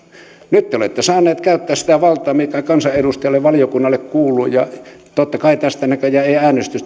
nyt te olette saaneet käyttää sitä valtaa mikä kansanedustajalle ja valiokunnalle kuuluu ja totta kai tästä näköjään ei äänestystä tule